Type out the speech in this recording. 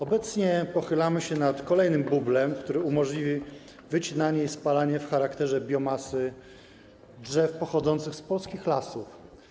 Obecnie pochylamy się nad kolejnym bublem, który umożliwi wycinanie i spalanie w charakterze biomasy drzew pochodzących z polskich lasów.